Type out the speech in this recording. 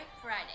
Friday